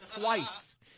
twice